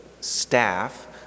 staff